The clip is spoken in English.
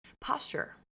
Posture